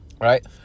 right